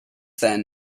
then